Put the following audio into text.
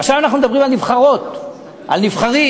עכשיו אנחנו מדברים על נבחרות, על נבחרים.